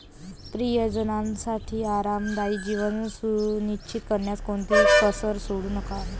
प्रियजनांसाठी आरामदायी जीवन सुनिश्चित करण्यात कोणतीही कसर सोडू नका